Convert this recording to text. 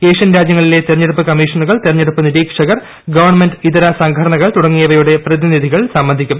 Asian രാജ്യങ്ങളിലെ തെരഞ്ഞെടുപ്പ് കമ്മീഷ നുകൾ തെരഞ്ഞെടുപ്പ് നിരീക്ഷകർ ഗവൺമെന്റ് ഇതര സംഘടനകൾ തുടങ്ങിയവയുടെ പ്രതിനിധികൾ സംബന്ധിക്കും